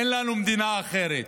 אין לנו מדינה אחרת.